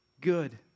good